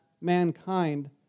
mankind